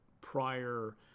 prior